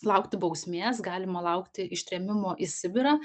laukti bausmės galima laukti ištrėmimo į sibirą